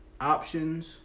options